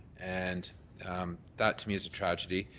and that to me is a tragedy.